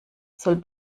soll